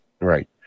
Right